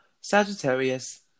Sagittarius